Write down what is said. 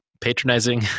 patronizing